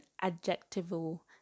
adjectival